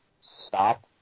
stop